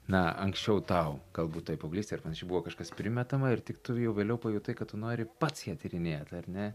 na anksčiau tau galbūt toj paauglystėj ir panašiai buvo kažkas primetama ir tik tu jau vėliau pajutai kad tu nori pats ją tyrinėt ar ne